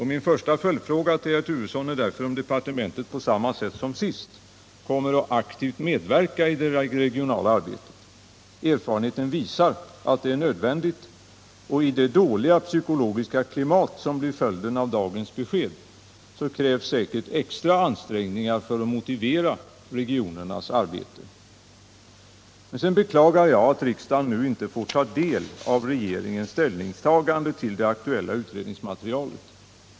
Min första följdfråga till herr Turesson är därför om departementet på samma sätt som sist kommer att aktivt medverka i det regionala arbetet. Erfarenheten visar att det är nödvändigt, och i det dåliga psykologiska klimat som blir följden av dagens besked krävs säkert extra ansträngningar för att motivera regionernas arbete. Men sedan beklagar jag att riksdagen nu inte får ta del av regeringens ställningstagande till det aktuella utredningsmaterialet.